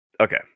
Okay